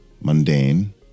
mundane